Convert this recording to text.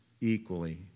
equally